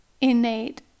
innate